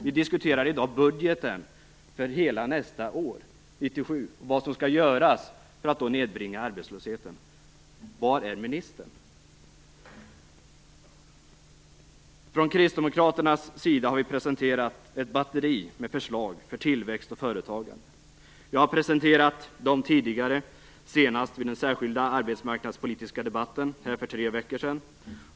Vi diskuterar i dag budgeten för hela nästa år, 1997, och vad som skall göras för att nedbringa arbetslösheten. Från kristdemokraternas sida har vi presenterat ett batteri med förslag om tillväxt och företagande. Vi har presenterat dem tidigare, senast vid den särskilda arbetsmarknadspolitiska debatten för tre veckor sedan.